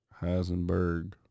Heisenberg